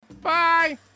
Bye